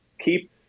keep